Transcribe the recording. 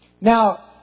Now